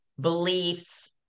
beliefs